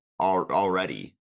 already